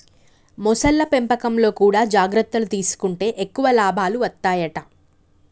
మొసళ్ల పెంపకంలో కూడా జాగ్రత్తలు తీసుకుంటే ఎక్కువ లాభాలు వత్తాయట